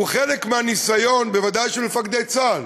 הוא חלק מהניסיון, בוודאי של מפקדי צה"ל,